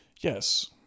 Yes